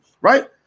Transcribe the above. right